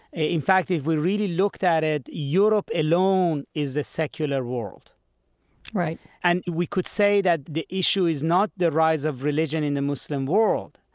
in fact, if we really looked at it, europe alone is a secular world right and we could say that the issue is not the rise of religion in the muslim world,